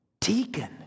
deacon